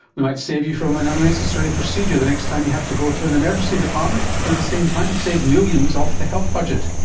we might save you from an unnecessary procedure the next time you have to go to an emergency department, and at the same time save millions off the health budget.